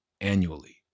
annually